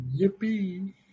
Yippee